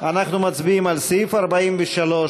אנחנו מצביעים על סעיף 43,